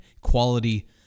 quality